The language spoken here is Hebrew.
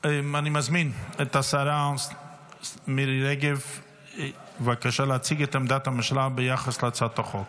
אני מזמין את השרה מירי רגב להציג את עמדת הממשלה ביחס להצעת החוק.